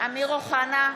אמיר אוחנה,